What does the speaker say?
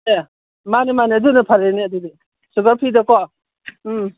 ꯑꯦ ꯃꯥꯟꯅꯤ ꯃꯥꯟꯅꯤ ꯑꯗꯨꯅ ꯐꯔꯦꯅꯦ ꯑꯗꯨꯗꯤ ꯁꯨꯒꯔ ꯐ꯭ꯔꯤꯗꯀꯣ ꯎꯝ